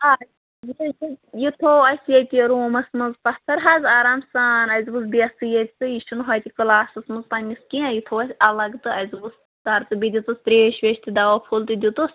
یہِ تھوٚو اَسہِ ییٚتہِ روٗمَس منٛز پَتھَر حظ آرام سان اَسہِ دوٚپُس بیٚہہ ژٕ ییٚتہِ سٕے یہِ چھُنہٕ ہۄتہِ کَلاسَس منٛز پنٛنِس کیٚنٛہہ یہِ تھوٚو اَسہِ اَلگ تہٕ اَسہِ دوٚپُس پَر ژٕ بیٚیہِ دِژٕس ترٛیش ویش تہٕ دوا پھوٚل تہِ دیُتُس